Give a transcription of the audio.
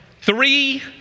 Three